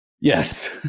Yes